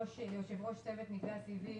ליושב-ראש צוות מטה הסיבים,